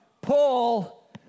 Paul